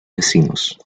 vecinos